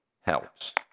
helps